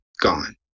gone